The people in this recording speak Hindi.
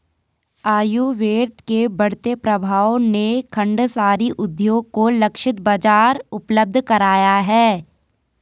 आयुर्वेद के बढ़ते प्रभाव ने खांडसारी उद्योग को लक्षित बाजार उपलब्ध कराया है